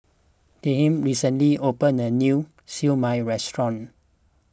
Tilman recently opened a new Siew Mai restaurant